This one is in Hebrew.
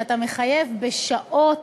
כשאתה מחייב בשעות